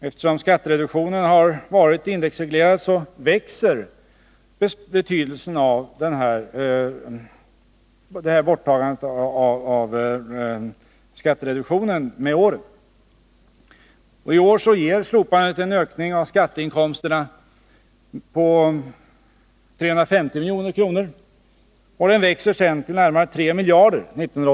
Eftersom skattereduktionen har varit indexreglerad, växer betydelsen av dess borttagande med åren. I år ger slopandet av skattereduktionen en ökning av skatteinkomsterna med 350 milj.kr. Den ökningen växer sedan till närmare 3 miljarder 1984/85.